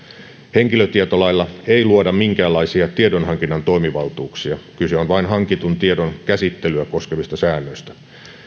henkilötietolailla ei luoda minkäänlaisia tiedonhankinnan toimivaltuuksia kyse on vain hankitun tiedon käsittelyä koskevista säännöistä